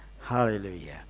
Hallelujah